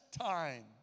time